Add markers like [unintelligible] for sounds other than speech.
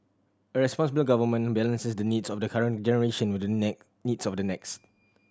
a responsible government balances the needs of the current generation with the [unintelligible] needs of the next